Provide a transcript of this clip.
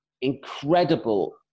incredible